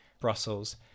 Brussels